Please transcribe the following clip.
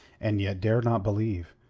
and yet dare not believe,